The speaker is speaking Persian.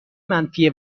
منفی